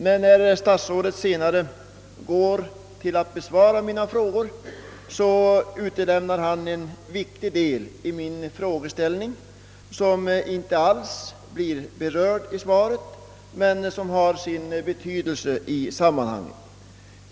Men när statsrådet går att besvara mina frågor, utelämnar han en viktig del av min frågeställning, som inte alls blir berörd i svaret men som har sin betydelse i sammanhanget.